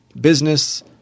Business